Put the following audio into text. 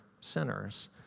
sinners